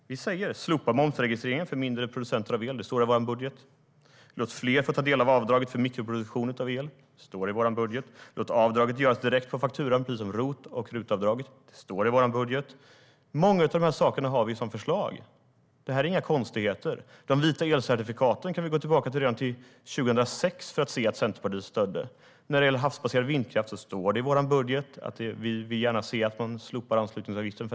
Vi säger: Slopa momsregistreringen för mindre producenter av el! Det står i vår budget. Låt fler få ta del av avdraget för mikroproduktion av el! Det står i vår budget. Låt avdraget göras direkt på fakturan, precis som ROT och RUT-avdraget! Det står i vår budget. Många av de här sakerna har vi som förslag. Det här är inga konstigheter. När det gäller de vita elcertifikaten kan vi gå tillbaka ända till 2006 för att se att Centerpartiet stödde dem. När det gäller havsbaserad vindkraft står det i vår budget att vi gärna vill se att man slopar anslutningsavgiften.